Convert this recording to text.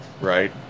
right